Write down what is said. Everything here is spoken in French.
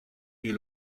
est